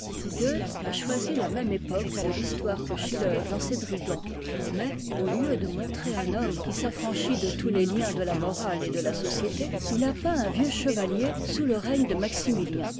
a choisi la même époque de l'histoire que schiller dans ses brigands mais au lieu de montrer un homme qui s'affranchit de tous les liens de la morale et de la société il a peint un vieux chevalier sous le règne de maximifien